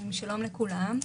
שלום לכולם.